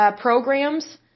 programs